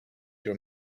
your